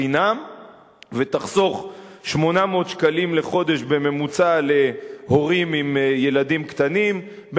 חינם ותחסוך 800 שקלים לחודש בממוצע להורים עם ילדים קטנים,